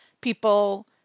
people